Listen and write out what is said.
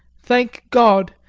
thank god!